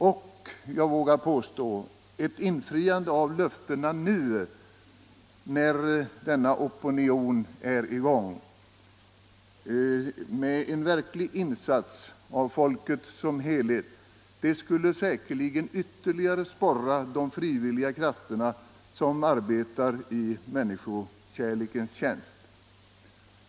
Och, vågar jag påstå, ett infriande av löftena nu, när det finns en så stark opinion och när det görs en så stor insats av folket som helhet, skulle säkerligen ytterligare sporra de frivilliga krafter som arbetar i människokärlekens tjänst.